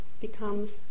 becomes